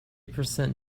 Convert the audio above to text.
percent